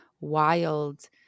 wild